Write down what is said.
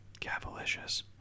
Cavalicious